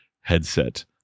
headset